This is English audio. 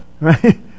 Right